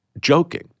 joking